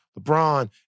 LeBron